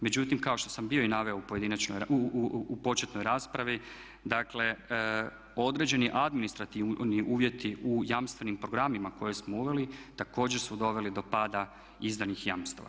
Međutim, kao što sam bio i naveo u pojedinačnoj raspravi, u početnoj raspravi određeni administrativni uvjeti u jamstvenim programima koje smo uveli također su doveli do pada izdanih jamstava.